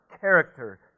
character